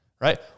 right